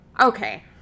okay